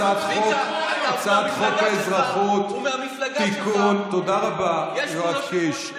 צביקה, הוא מהמפלגה שלך --- תודה רבה, יואב קיש.